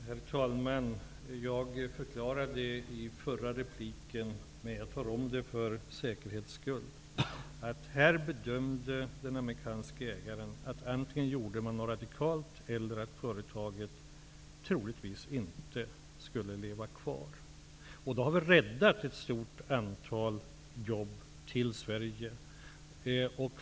Herr talman! Jag förklarade i mitt förra inlägg, men jag tar om det för säkerhets skull, att den amerikanske ägaren gjorde bedömningen att man antingen måste göra något radikalt eller så skulle företaget troligtvis inte leva kvar. Därmed har vi räddat ett stort antal jobb till Sverige.